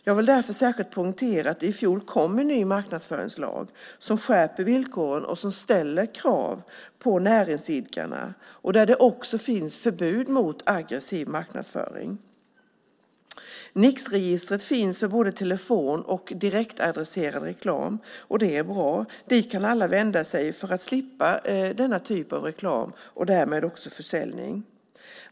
Jag vill därför särskilt poängtera att det i fjol kom en ny marknadsföringslag som skärper villkoren, ställer krav på näringsidkarna och där det också finns förbud mot aggressiv marknadsföring. Nixregistret finns för både telefon och direktadresserad reklam. Det är bra. Dit kan alla vända sig för att slippa denna typ av reklam och därmed också försäljning.